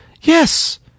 Yes